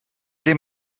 dem